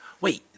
wait